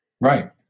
Right